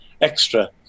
extra